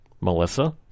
melissa